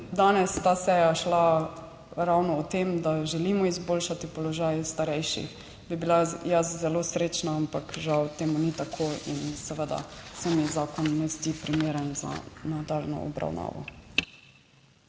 danes ta seja šla ravno v tem, da želimo izboljšati položaj starejših, bi bila jaz zelo srečna. Ampak žal temu ni tako in seveda se mi zakon ne zdi primeren. Za nadaljnjo obravnavo.